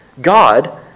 God